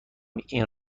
این